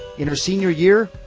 in her senior year,